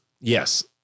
Yes